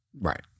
right